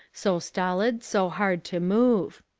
so stolid, so hard to move.